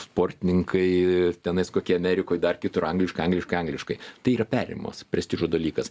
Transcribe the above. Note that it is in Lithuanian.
sportininkai tenais kokie amerikoj dar kitur angliškai angliškai angliškai tai yra perimimas prestižo dalykas